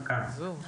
בזום.